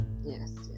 yes